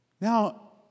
now